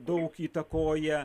daug įtakoja